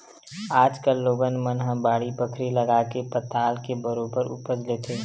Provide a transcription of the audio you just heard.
आज कल लोगन मन ह बाड़ी बखरी लगाके पताल के बरोबर उपज लेथे